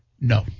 No